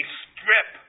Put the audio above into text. strip